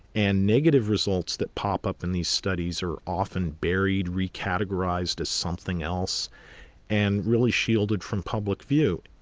and negative results that pop up in these studies are often buried, re categorised as something else and really shielded from public view.